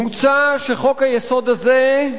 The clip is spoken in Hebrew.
מוצע שחוק-היסוד הזה,